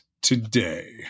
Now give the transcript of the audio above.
today